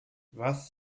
was